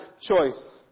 choice